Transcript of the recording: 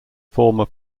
former